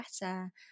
better